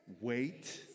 Wait